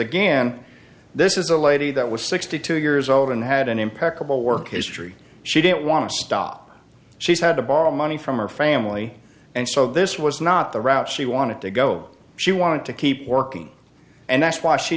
again this is a lady that was sixty two years old and had an impeccable work history she didn't want to stop she's had to borrow money from her family and so this was not the route she wanted to go she wanted to keep working and that's why she